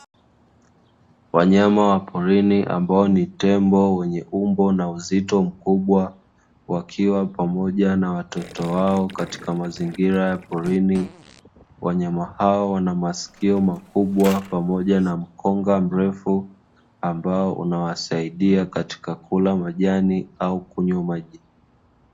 Wanyama wa porini ambao ni tembo wenye umbo na uzito mkubwa, wakiwa pamoja na watoto wao katika mazingira ya porini. Wanyama hao wanamasikio makubwa pamoja na mkonga mrefu, ambao unawasaidia katika kula majani au kunywa maji.